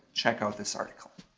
check out this article.